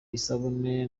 isabune